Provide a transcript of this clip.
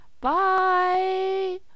Bye